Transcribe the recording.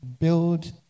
build